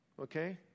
Okay